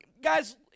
Guys